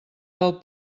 del